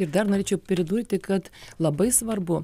ir dar norėčiau pridurti kad labai svarbu